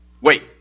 Wait